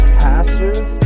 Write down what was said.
pastures